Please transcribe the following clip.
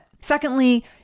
Secondly